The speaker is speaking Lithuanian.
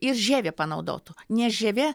ir žievę panaudotų nes žievė